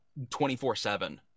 24-7